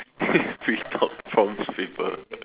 free talk prompts paper